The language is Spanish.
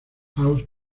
house